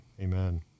amen